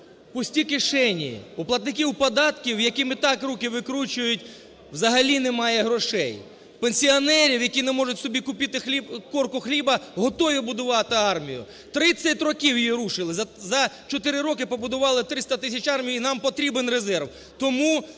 пусті кишені. У платників податків, яким і так руки викручують, взагалі немає грошей. Пенсіонерів, які не можуть собі купити корку хліба, готові будувати армію. 30 років її рушили. За 4 роки побудували 300 тисяч армії і нам потрібен резерв.